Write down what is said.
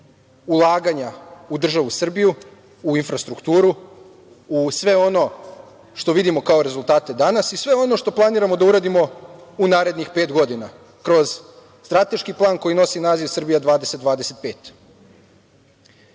ulaganja u državu Srbiju, u infrastrukturu, u sve ono što vidimo kao rezultate danas i sve ono što planiramo da uradimo u narednih pet godina kroz strateški plan koji nosi naziv „Srbija 2025“.Meni